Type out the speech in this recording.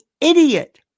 idiot